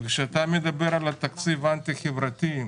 כשאתה מדבר על התקציב האנטי-חברתי,